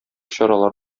чаралар